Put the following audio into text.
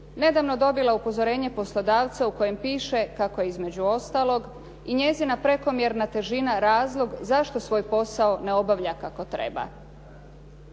nedavno dobila upozorenje poslodavca u kojem piše kako između ostalog i njezina prekomjerna težina razlog zašto svoj posao ne obavlja kako treba.